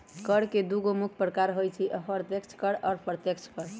कर के दुगो मुख्य प्रकार होइ छै अप्रत्यक्ष कर आ अप्रत्यक्ष कर